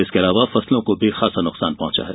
इसके अलावा फसलों को भी भारी नुकसान पहुंचा है